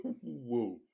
Whoa